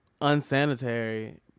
unsanitary